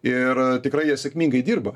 ir tikrai jie sėkmingai dirba